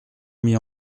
mis